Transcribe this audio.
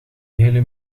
hele